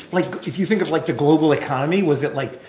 like, if you think of, like, the global economy, was it, like,